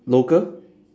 local